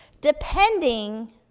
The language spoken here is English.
depending